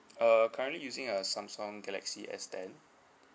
err currently using a Samsung galaxy S ten